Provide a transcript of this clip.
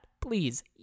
please